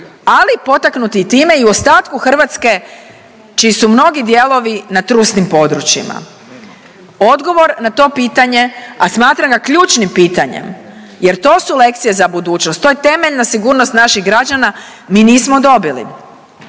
ali potaknuti time i u ostatku Hrvatske čiji su mnogi dijelovi na trusnim područjima. Odgovor na to pitanje, a smatram ga ključnim pitanjem jer to su lekcije za budućnost, to je temeljna sigurnost naših građana, mi nismo dobili.